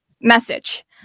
message